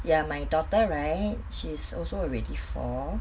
ya my daughter right she's also already four